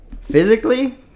Physically